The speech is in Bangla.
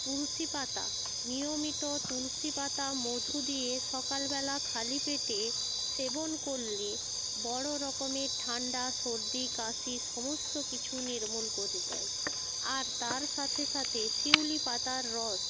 তুলসী পাতা নিয়মিত তুলসী পাতা মধু দিয়ে সকালবেলা খালি পেটে সেবন করলে বড় রকমের ঠান্ডা সর্দি কাশি সমস্ত কিছু নির্মূল করে দেয় আর তার সাথে সাথে শিউলি পাতার রস